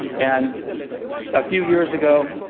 and a few years ago,